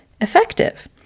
Effective